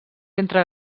entre